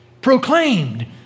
proclaimed